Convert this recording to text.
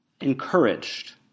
encouraged